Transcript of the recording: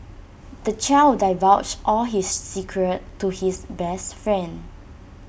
the child divulged all his secrets to his best friend